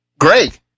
Great